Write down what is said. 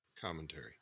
commentary